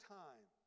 time